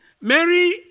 Mary